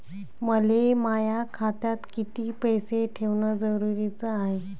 मले माया खात्यात कितीक पैसे ठेवण जरुरीच हाय?